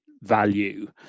value